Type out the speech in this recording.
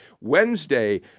Wednesday